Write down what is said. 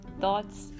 thoughts